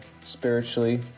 spiritually